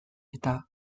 eta